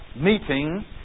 meeting